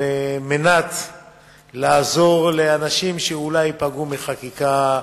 על מנת לעזור לאנשים שאולי ייפגעו מחקיקה,